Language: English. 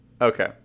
Okay